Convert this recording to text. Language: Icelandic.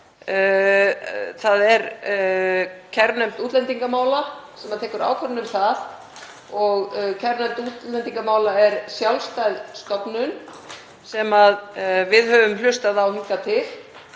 Það er kærunefnd útlendingamála sem tekur ákvörðun um það og kærunefnd útlendingamála er sjálfstæð stofnun sem við höfum hlustað á hingað til.